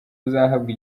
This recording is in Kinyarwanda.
uzahabwa